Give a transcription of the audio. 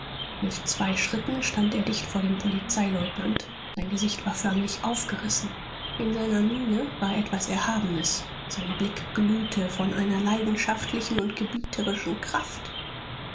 mit zwei schritten stand er dicht vor dem polizeileutnant sein gesicht war förmlich aufgerissen in seiner miene war etwas erhabenes sein blick glühte von einer leidenschaftlichen und gebieterischen kraft